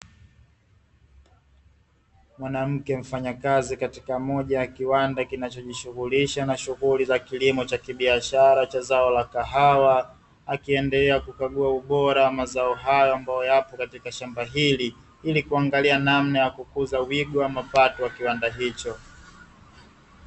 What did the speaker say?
Mwanamke mfanyakazi katika moja ya kiwanda kinacho jishughulisha na shughuli za kilimo cha kibiashara cha zao la kahawa, akiendelea kukagua ubora wa mazao hayo ambayo yapo katika shamba hili, ili kuangalia namna ya kukuza wigo wa mapato wa kiwanda hicho.